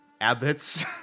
abbots